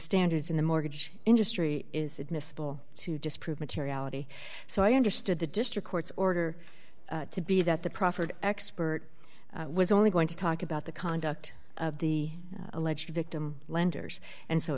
standards in the mortgage industry is admissible to disprove materiality so i understood the district court's order to be that the proffered expert was only going to talk about the conduct of the alleged victim lenders and so